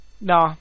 No